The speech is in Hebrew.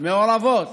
מעורבות